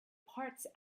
parts